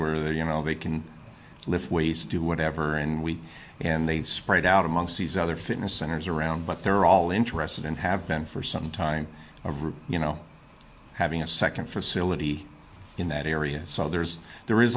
they you know they can lift weights do whatever and we and they spread out among c's other fitness centers around but they're all interested and have been for some time or you know having a second facility in that area so there's there is